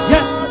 Yes